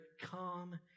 come